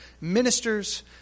Ministers